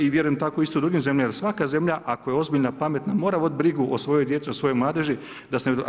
I vjerujem tako isto u drugim zemljama, jer svaka zemlja ako je ozbiljna, pametna mora voditi brigu o svojoj djeci, o svojoj mladeži da se ne